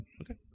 Okay